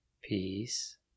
Peace